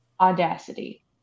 audacity